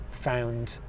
found